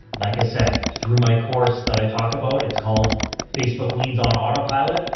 like i said, through my course that i talk about, it's called facebook leads on autopilot.